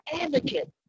advocate